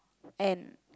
and